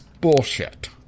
Bullshit